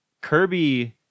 Kirby